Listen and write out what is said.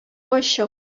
ачык